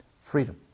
freedom